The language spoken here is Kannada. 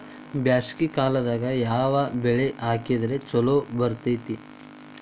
ಬ್ಯಾಸಗಿ ಕಾಲದಾಗ ಯಾವ ಬೆಳಿ ಹಾಕಿದ್ರ ಛಲೋ ಬೆಳಿತೇತಿ?